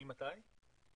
ממתי?